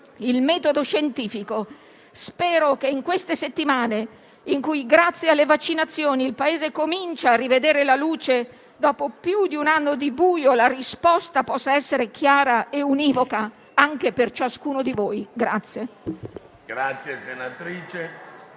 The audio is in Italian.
il metodo scientifico. Spero che in queste settimane, in cui grazie alle vaccinazioni il Paese comincia a rivedere la luce dopo più di un anno di buio, la risposta possa essere chiara e univoca anche per ciascuno di voi.